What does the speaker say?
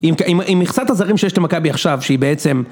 עם עם מכסת הזרים שיש למכבי עכשיו, שהיא בעצם...